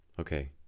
Okay